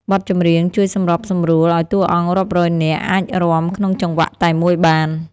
បទចម្រៀងជួយសម្របសម្រួលឱ្យតួអង្គរាប់រយនាក់ អាចរាំក្នុងចង្វាក់តែមួយបាន។